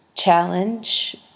challenge